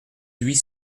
huit